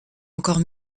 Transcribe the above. encore